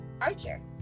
archer